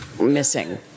missing